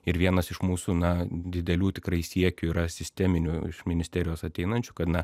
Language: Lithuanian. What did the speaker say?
ir vienas iš mūsų na didelių tikrai siekių yra sisteminių iš ministerijos ateinančių kad na